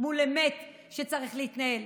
מול אמת שבה צריך להתנהל.